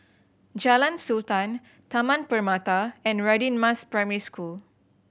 Jalan Sultan Taman Permata and Radin Mas Primary School